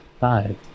Five